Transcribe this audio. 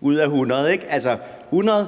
ud af 100? Altså, det er